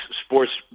sports